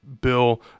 Bill